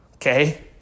Okay